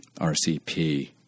RCP